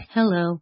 Hello